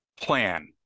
plan